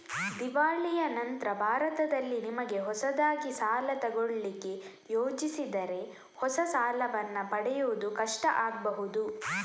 ದಿವಾಳಿಯ ನಂತ್ರ ಭಾರತದಲ್ಲಿ ನಿಮಿಗೆ ಹೊಸದಾಗಿ ಸಾಲ ತಗೊಳ್ಳಿಕ್ಕೆ ಯೋಜಿಸಿದರೆ ಹೊಸ ಸಾಲವನ್ನ ಪಡೆಯುವುದು ಕಷ್ಟ ಆಗ್ಬಹುದು